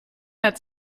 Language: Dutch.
met